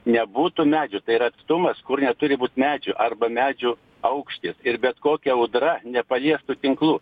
nebūtų medžių tai yra atstumas kur neturi būt medžių arba medžių aukštis ir bet kokia audra nepaliestų tinklų